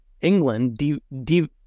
England